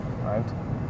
right